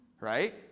Right